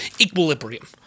Equilibrium